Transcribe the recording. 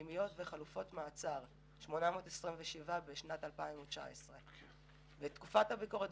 פנימיות וחלופות מעצר - 827 בשנת 2019. בתקופת הביקורת,